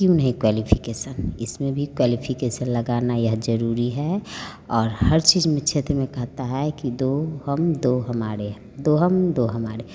क्यों नहीं क्वालिफ़िकेसन इसमें भी क्वालिफ़िकेसन लगाना यह ज़रूरी है और हर चीज़ में क्षेत्र में कहता है कि दो हम दो हमारे दो हम दो हमारे